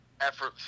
effort